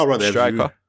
striker